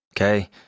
Okay